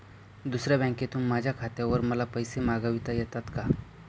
दुसऱ्या बँकेतून माझ्या खात्यावर मला पैसे मागविता येतात का?